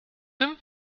him